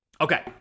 Okay